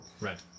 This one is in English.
Right